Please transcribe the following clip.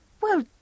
Well